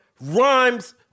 rhymes